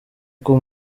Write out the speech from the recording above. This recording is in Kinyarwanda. kuba